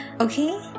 Okay